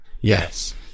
Yes